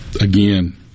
Again